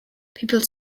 people